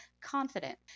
confident